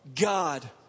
God